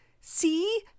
See